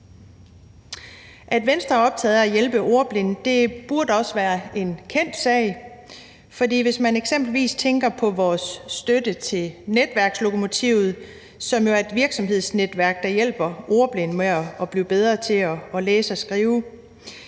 At Venstre er optaget af at hjælpe ordblinde burde også være en kendt sag, hvis man eksempelvis tænker på vores støtte til Netværkslokomotivet, som jo er et virksomhedsnetværk, der hjælper ordblinde med at blive bedre til at læse og skrive.